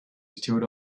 stood